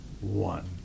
One